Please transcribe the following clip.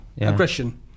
Aggression